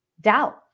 doubt